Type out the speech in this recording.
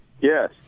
Yes